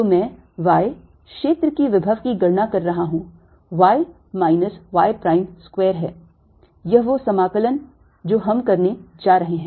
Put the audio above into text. तो मैं y क्षेत्र की विभव की गणना कर रहा हूंy minus y prime square है यह वह समाकलन जो हम करने जा रहे हैं